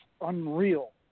unreal